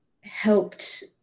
helped